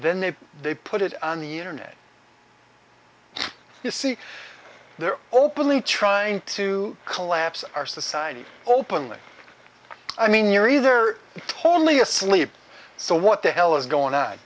then they they put it on the internet you see there openly trying to collapse our society openly i mean you're either totally asleep so what the hell is going